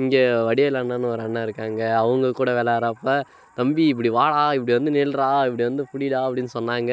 இங்கே வடிவேலு அண்ணன்னு ஒரு அண்ணன் இருக்காங்க அவங்க கூட விளாட்றப்ப தம்பி இப்படி வாடா இப்படி வந்து நில்டா இப்படி வந்து பிடிடா அப்படின்னு சொன்னாங்க